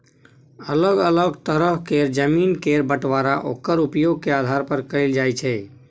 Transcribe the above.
अलग अलग तरह केर जमीन के बंटबांरा ओक्कर उपयोग के आधार पर कएल जाइ छै